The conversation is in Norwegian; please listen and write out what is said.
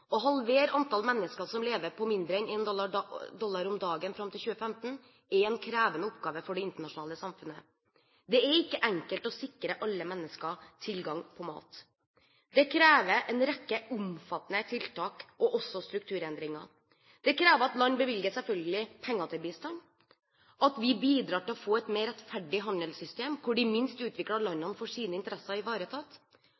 Å halvere antallet mennesker som lever på mindre enn 1 dollar om dagen, fram til 2015, er en krevende oppgave for det internasjonale samfunnet. Det er ikke enkelt å sikre alle mennesker tilgang til mat. Det krever en rekke omfattende tiltak, og også strukturendringer. Det krever at man selvfølgelig bevilger penger til bistand, at vi bidrar til å få et mer rettferdig handelssystem der de minst